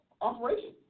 operation